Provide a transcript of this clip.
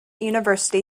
university